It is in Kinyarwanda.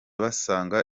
basanga